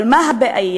אבל מה הבעיה?